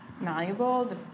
Malleable